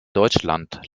deutschland